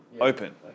open